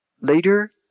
later